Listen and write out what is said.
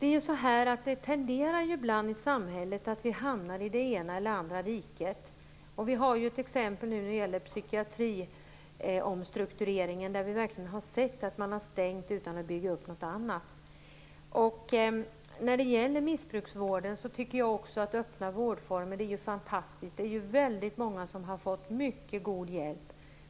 Fru talman! Det tenderar ju ibland att bli så i samhället att vi hamnar i det ena eller andra diket. Vi har ju ett exempel nu som gäller omstruktureringen av psykiatrin. Där har vi verkligen sett att man har stängt utan att bygga upp något annat. När det gäller missbruksvården tycker jag också att det är fantastiskt med öppna vårdformer. Det är väldigt många som har fått mycket god hjälp av dessa.